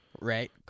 Right